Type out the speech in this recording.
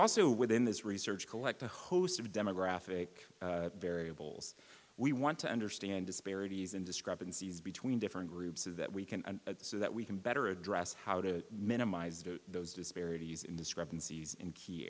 also within this research collect a host of demographic variables we want to understand disparities and discrepancies between different groups of that we can and so that we can better address how to minimize to those disparities in discrepancies in key